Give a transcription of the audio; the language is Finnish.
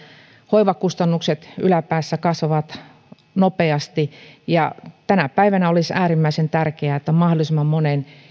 hoivakustannukset yläpäässä kasvavat nopeasti ja tänä päivänä olisi äärimmäisen tärkeää että mahdollisimman monen